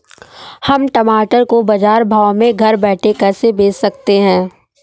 हम टमाटर को बाजार भाव में घर बैठे कैसे बेच सकते हैं?